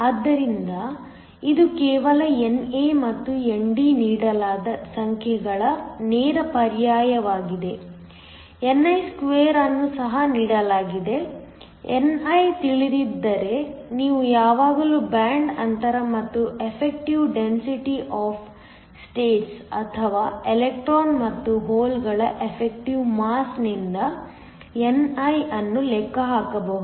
ಆದ್ದರಿಂದ ಇದು ಕೇವಲ NA ಮತ್ತು ND ನೀಡಲಾದ ಸಂಖ್ಯೆಗಳ ನೇರ ಪರ್ಯಾಯವಾಗಿದೆ ni2 ಅನ್ನು ಸಹ ನೀಡಲಾಲಾಗಿದೆ ni ತಿಳಿದಿಲ್ಲದಿದ್ದರೆ ನೀವು ಯಾವಾಗಲೂ ಬ್ಯಾಂಡ್ ಅಂತರ ಮತ್ತು ಎಫೆಕ್ಟಿವ್ ಡೆನ್ಸಿಟಿ ಒಫ್ ಸ್ಟೇಟ್ಸ್ ಅಥವಾ ಎಲೆಕ್ಟ್ರಾನ್ ಮತ್ತು ಹೋಲ್ಗಳ ಎಫೆಕ್ಟಿವ್ ಮಾಸ್ ನಿಂದ ni ಅನ್ನು ಲೆಕ್ಕ ಹಾಕಬಹುದು